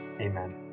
amen